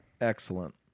Excellent